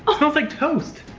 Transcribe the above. ah smells like toast.